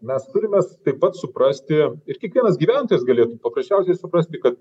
mes turimas taip pat suprasti ir kiekvienas gyventojas galėtų paprasčiausiai suprasti kad